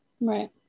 Right